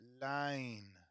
line